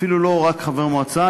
אפילו לא רק חבר מועצה,